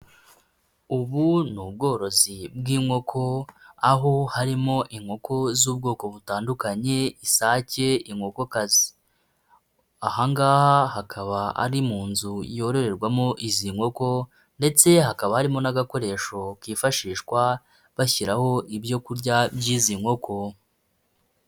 Ubu ni ubworozi bw'inkoko, aho harimo inkoko z'ubwoko butandukanye, isake, inkoko kazi, aha ngaha hakaba ari mu nzu yororerwamo izi nkoko ndetse hakaba harimo n'agakoresho kifashishwa, bashyiraho ibyo kurya by'izi nkoko.